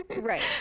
Right